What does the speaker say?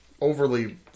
overly